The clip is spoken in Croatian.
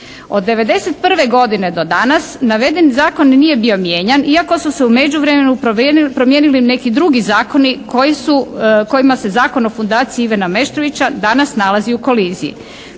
Od 91. godine do danas naveden zakon nije bio mijenjan iako su se u međuvremenu promijenili neki drugi zakoni kojima se Zakon o fundaciji Ivana Meštrovića danas nalazi u koliziji.